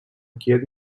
quiet